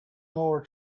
more